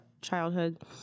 childhood